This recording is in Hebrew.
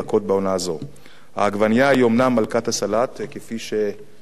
העגבנייה היא אומנם מלכת הסלט, כפי שכונתה על-ידי